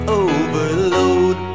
overload